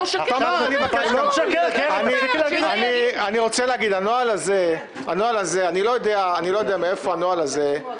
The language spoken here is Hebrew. אני לא יודע מאיפה הנוהל הזה,